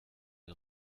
les